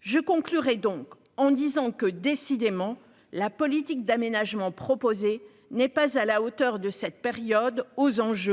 je conclurai donc en disant que, décidément, la politique d'aménagement proposé n'est pas à la hauteur de cette période, aux anges,